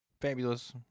fabulous